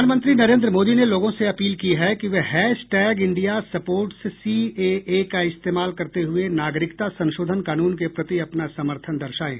प्रधानमंत्री नरेन्द्र मोदी ने लोगों से अपील की है कि वे हैशटैग इंडिया सपोर्ट्स सीएए का इस्तेमाल करते हुए नागरिकता संशोधन कानून के प्रति अपना समर्थन दर्शाएं